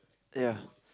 ya